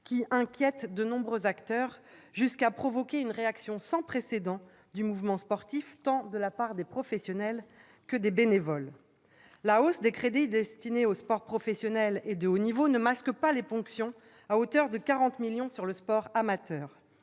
inquiètent de nombreux acteurs, jusqu'à provoquer une réaction sans précédent du mouvement sportif, tant de la part des professionnels que des bénévoles. L'augmentation des crédits destinés au sport professionnel et de haut niveau ne masque pas les ponctions, à hauteur de 40 millions d'euros, sur le sport amateur.